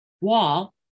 wall